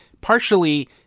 Partially